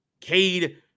Cade